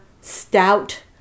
stout